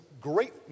great